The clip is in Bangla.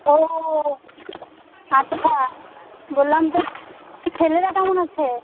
ও আচ্ছা বললাম তোর ছেলেরা কেমন আছে